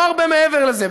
לא הרבה מעבר לזה.